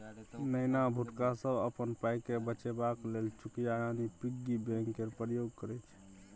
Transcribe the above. नेना भुटका सब अपन पाइकेँ बचेबाक लेल चुकिया यानी पिग्गी बैंक केर प्रयोग करय छै